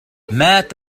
مات